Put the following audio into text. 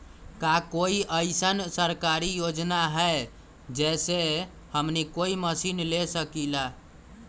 का कोई अइसन सरकारी योजना है जै से हमनी कोई मशीन ले सकीं ला?